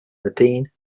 nadine